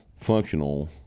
functional